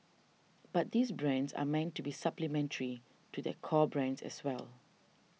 but these brands are meant to be supplementary to their core brands as well